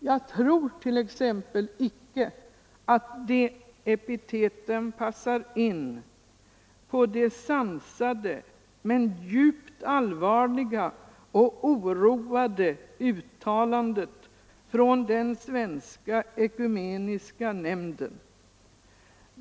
Jag tror t.ex. icke att de epiteten passar in på det sansade, men djupt allvarliga och oroade, uttalandet från den svenska ekumeniska nämnden.